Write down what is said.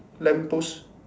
lamp post